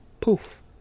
poof